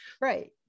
Right